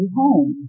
home